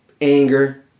anger